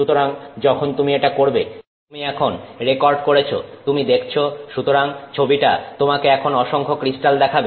সুতরাং যখন তুমি এটা করবে তুমি এখন রেকর্ড করেছ তুমি দেখছো সুতরাং ছবিটা তোমাকে এখন অসংখ্য ক্রিস্টাল দেখাবে